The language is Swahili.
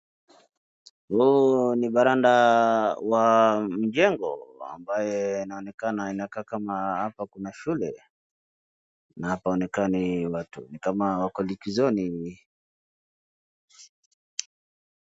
Huu ni varanda wa mjengo ambayo inaonekana inakaa hapa kuna shule na hapaonekani watu ni kama wako likizoni.